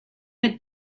had